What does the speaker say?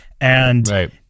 And-